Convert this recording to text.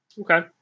Okay